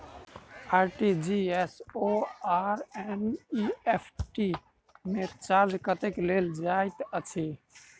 RTGS आओर NEFT मे charge कतेक लैत अछि बैंक?